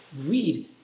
read